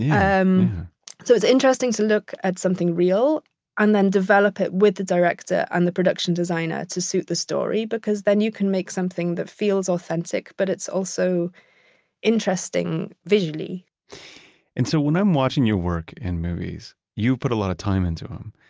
yeah um so, it's interesting to look at something real and then develop it with the director and the production designer to suit the story, because then you can make something that feels authentic, but it's also interesting visually and so when i'm watching your work in movies, you put a lot of time into um